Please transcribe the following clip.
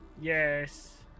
Yes